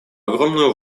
огромную